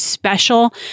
Special